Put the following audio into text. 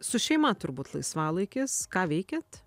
su šeima turbūt laisvalaikis ką veikiat